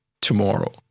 tomorrow